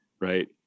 right